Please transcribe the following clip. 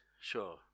Sure